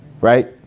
right